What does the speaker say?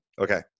Okay